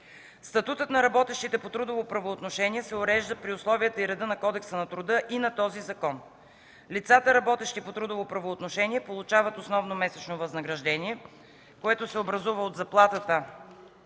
Статутът на работещите по трудово правоотношение се урежда при условията и реда на Кодекса на труда и на този закон. Лицата, работещи по трудово правоотношение, получават основно месечно възнаграждение, което се образува от заплатата